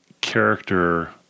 character